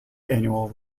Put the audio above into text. annual